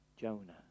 Jonah